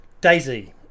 daisy